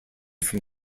from